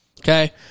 Okay